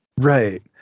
Right